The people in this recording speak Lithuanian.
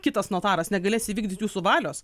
kitas notaras negalės įvykdyti jūsų valios